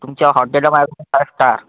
तुमच्या हॉटेलला माझ्याकडून फायस्टार